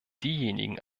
diejenigen